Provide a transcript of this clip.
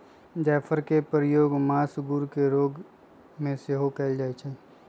जाफरके प्रयोग मसगुर के रोग में सेहो कयल जाइ छइ